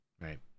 Right